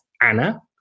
Anna